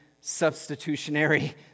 substitutionary